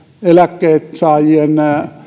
eläkkeensaajien